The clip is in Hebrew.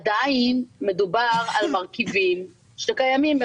עדיין מדובר על מרכיבים שקיימים.